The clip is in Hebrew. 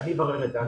אני אברר את זה.